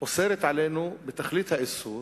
אוסר עלינו בתכלית האיסור